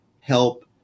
help